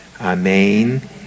Amen